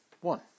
One